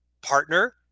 partner